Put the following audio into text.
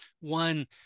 one